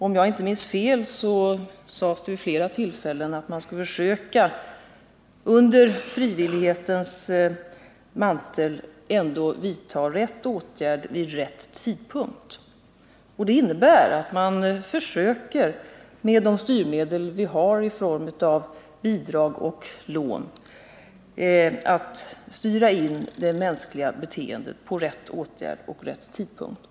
Om jag inte minns fel sades det vid flera tillfällen att man ändå under frivillighetens mantel skulle försöka vidta rätt åtgärd vid rätt tidpunkt. Detta innebär att man med de styrmedel som finns i form av bidrag och lån försöker styra in det mänskliga beteendet på rätt åtgärd och rätt tidpunkt.